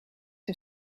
een